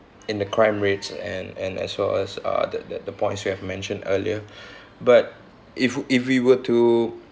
in the crime rates and and as well as uh that that the points you have mentioned earlier but if if we were to